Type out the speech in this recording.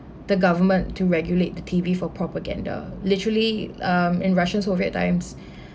the government to regulate the T_V for propaganda literally um in russian soviet times